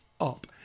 up